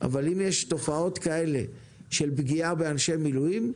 אבל אם יש תופעות כאלה של פגיעה באנשי מילואים,